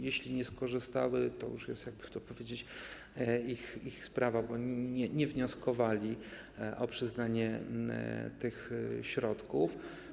Jeśli nie skorzystały, to jest już, jakby to powiedzieć, ich sprawa, bo nie wnioskowali o przyznanie tych środków.